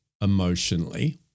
emotionally